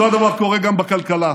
אותו הדבר קורה גם בכלכלה.